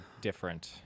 different